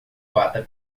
bata